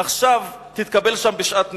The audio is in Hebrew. עכשיו תתקבל שם בשאט נפש.